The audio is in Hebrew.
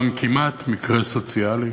כמעט מקרה סוציאלי.